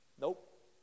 nope